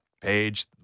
page